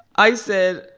i said,